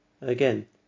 again